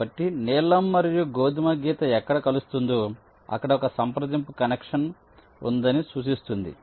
కాబట్టి నీలం మరియు గోధుమ గీత ఎక్కడ కలుస్తుందో అక్కడ ఒక సంప్రదింపు కనెక్షన్ ఉందని సూచిస్తుంది